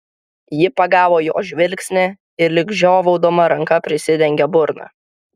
ji pagavo jo žvilgsnį ir lyg žiovaudama ranka prisidengė burną